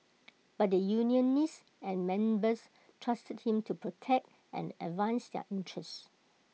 but the unionists and members trusted him to protect and advance their interests